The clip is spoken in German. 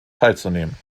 teilzunehmen